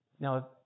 Now